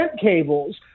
cables